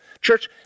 Church